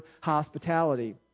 hospitality